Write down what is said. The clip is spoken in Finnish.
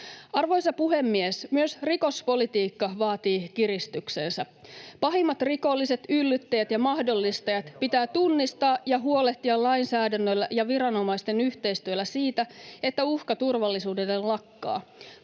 Arvoisa puhemies! Myös rikospolitiikka vaatii kiristyksensä. Pahimmat rikolliset, yllyttäjät ja mahdollistajat pitää tunnistaa ja huolehtia lainsäädännöllä ja viranomaisten yhteistyöllä siitä, että uhka turvallisuudelle lakkaa.